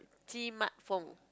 my phone